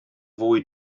fwy